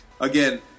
Again